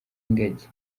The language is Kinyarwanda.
ingagi